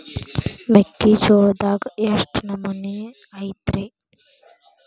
ಮೆಕ್ಕಿಜೋಳದಾಗ ಎಷ್ಟು ನಮೂನಿ ಐತ್ರೇ?